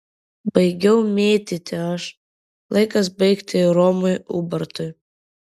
baigiau mėtyti aš laikas baigti ir romui ubartui